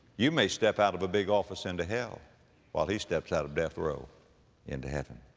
you may step out of a big office into hell while he steps out of death row into heaven.